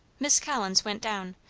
miss collins went down,